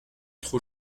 trop